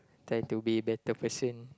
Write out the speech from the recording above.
try to be a better person